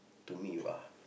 to me you are